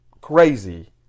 crazy